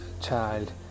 child